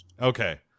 Okay